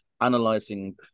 analyzing